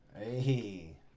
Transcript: Hey